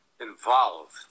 involved